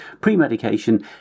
Pre-medication